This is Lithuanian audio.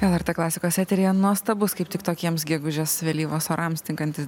lrt klasikos eteryje nuostabus kaip tik tokiems gegužės vėlyvos orams tinkanti